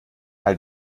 halt